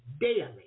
daily